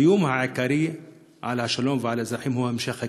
האיום העיקרי על השלום ועל האזרחים הוא המשך הכיבוש,